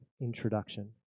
introduction